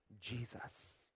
Jesus